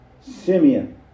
Simeon